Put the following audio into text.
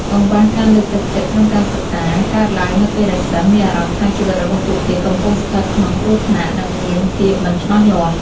កង្វះការលើកទឹកចិត្តក្នុងការសិក្សា កើតឡើងនៅពេលដែលសិស្សមានអារម្មណ៍ថាជីវិតរបស់ពួកគេកំពុងស្ថិតក្នុងគ្រោះថ្នាក់ និងមានភាពមិនច្បាស់លាស់។